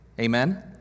Amen